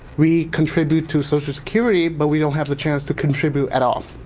we contribute to social security, but we don't have the chance to contribute at all.